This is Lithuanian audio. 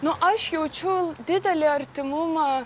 nu aš jaučiu didelį artimumą